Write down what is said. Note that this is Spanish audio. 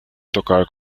tocar